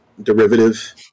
derivative